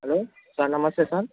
hello sir namaste sir